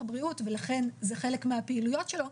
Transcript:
בריאות ולכן זה חלק מהפעילויות שלו.